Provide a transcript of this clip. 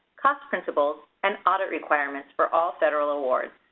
cost principles, and audit requirements for all federal awards.